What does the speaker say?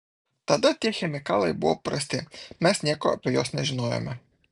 tada tie chemikalai buvo prasti mes nieko apie juos nežinojome